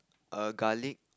a garlic